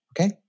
okay